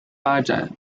发展